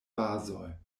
bazoj